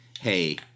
hey